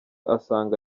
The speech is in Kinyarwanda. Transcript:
asanga